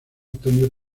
tony